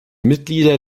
mitglieder